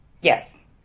Yes